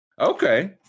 Okay